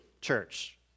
church